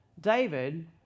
David